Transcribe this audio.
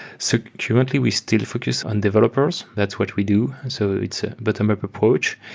so currently, we still focus on developers. that's what we do. so it's a bottom-up approach.